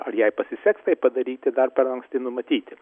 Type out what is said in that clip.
ar jei pasiseks tai padaryti dar per anksti numatyti